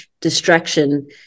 distraction